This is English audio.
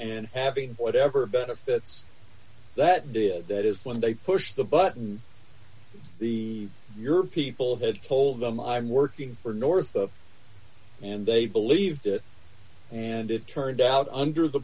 and having whatever benefits that did that d is when they push the button the your people have told them i'm working for north of and they believed it and it turned out under the